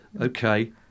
Okay